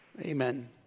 Amen